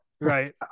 right